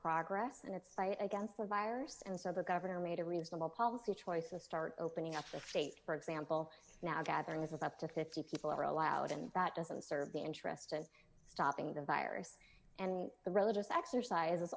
progress in its fight against the virus and cyber gov made a reasonable policy choices start opening up the state for example now gathering with up to fifty people are allowed and that doesn't serve the interest as stopping the virus and the religious exercises